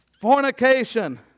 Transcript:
Fornication